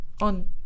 on